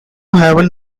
haven